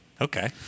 Okay